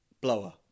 Blower